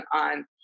on